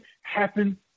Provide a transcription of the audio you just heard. happen